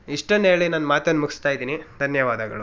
ಇಷ್ಟನ್ನ ಹೇಳಿ ನನ್ನ ಮಾತನ್ನು ಮುಗಿಸ್ತಾಯಿದ್ದೀನಿ ಧನ್ಯವಾದಗಳು